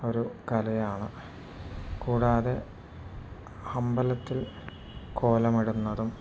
ഒരു കലയാണ് കൂടാതെ അമ്പലത്തിൽ കോലമിടുന്നതും